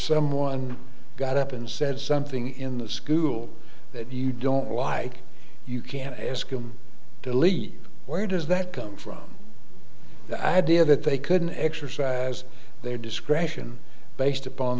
someone got up and said something in the school that you don't like you can't ask them to leave where does that come from the idea that they couldn't exercise their discretion based upon